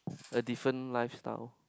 a different lifestyle